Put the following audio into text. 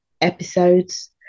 episodes